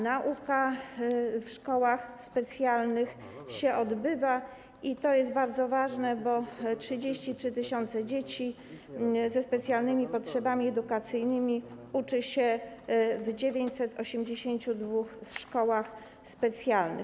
Nauka w szkołach specjalnych się odbywa i to jest bardzo ważne, bo 33 tys. dzieci ze specjalnymi potrzebami edukacyjnymi uczy się w 982 szkołach specjalnych.